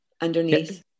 underneath